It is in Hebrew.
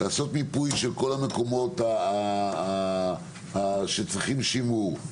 לעשות מיפוי של כל המקומות שצריכים שימור,